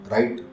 Right